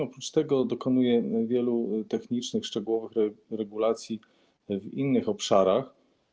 Oprócz tego dokonuje wielu technicznych, szczegółowych regulacji w innych obszarach.